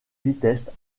vitesses